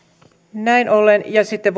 ja sitten